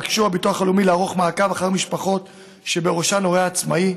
התבקש הביטוח הלאומי לערוך מעקב אחר משפחות שבראשן הורה עצמאי.